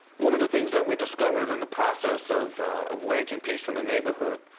one of the things that we discovered in the process of of waging peace in the neighborhood,